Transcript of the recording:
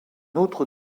autre